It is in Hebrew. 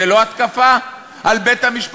מי בחר